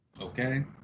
Okay